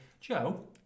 Joe